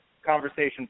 conversation